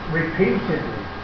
repeatedly